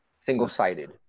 single-sided